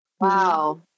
wow